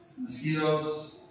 mosquitoes